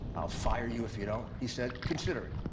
i'll fire you if you don't. he said, consider it.